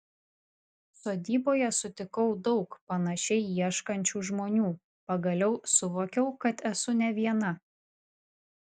sodyboje sutikau daug panašiai ieškančių žmonių pagaliau suvokiau kad esu ne viena